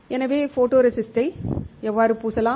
எனவே ஃபோட்டோரெசிஸ்ட்டை எவ்வாறு பூசலாம்